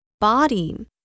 body